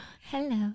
Hello